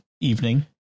evening